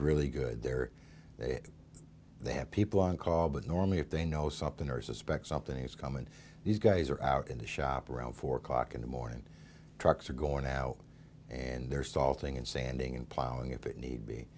really good there that they have people on call but normally if they know something or suspect something is coming these guys are out in the shop around four o'clock in the morning trucks are going out and they're salting and sanding and plowing if it need